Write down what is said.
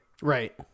Right